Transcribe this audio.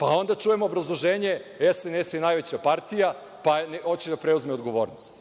Onda čujemo obrazloženje – SNS je najveća partija, pa hoće da preuzme odgovornost.